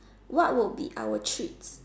what would be our treats